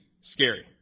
scary